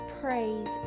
Praise